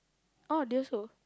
orh they also